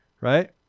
right